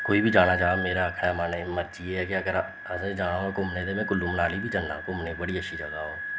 कोई बी जाना चाह् मेरा आखने दा मन ऐ मर्जी ऐ कि अगर असें जाना होऐ घूमने गी ते में कुल्लू मनाली जन्ना घूमने गी बड़ी अच्छी जगह् ओह्